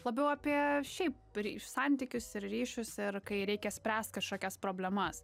labiau apie šiaip ir iš santykius ir ryšius ir kai reikia spręst kažkokias problemas